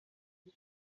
the